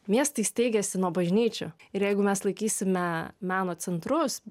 miestai steigiasi nuo bažnyčių ir jeigu mes laikysime meno centrus